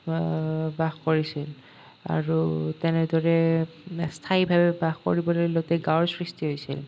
বাস কৰিছিল আৰু তেনেদৰে স্থায়ীভাৱে বাস কৰিবলৈ লওঁতে গাঁৱৰ সৃষ্টি হৈছিল